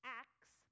acts